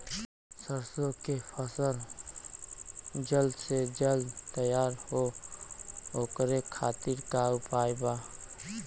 सरसो के फसल जल्द से जल्द तैयार हो ओकरे खातीर का उपाय बा?